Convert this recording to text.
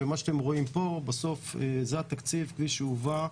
מה שאתם רואים פה בסוף זה התקציב כפי שהובא,